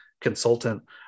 consultant